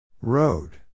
Road